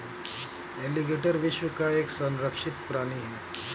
alligator विश्व का एक संरक्षित प्राणी है